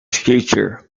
future